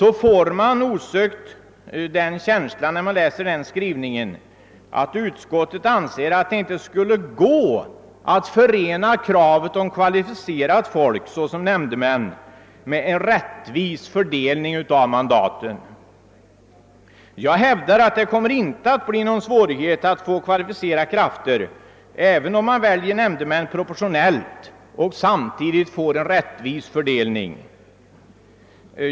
När man läser denna skrivning får man osökt en känsla av att utskottet anser att det inte skulle gå att förena kravet på kvalificerat folk såsom nämndemän med en rättvis fördelning av mandaten. Jag hävdar att det inte kommer att bli någon svårighet att få kvalificerade krafter även om man väljer nämndemän proportionellt och samtidigt få en rättvis fördelning.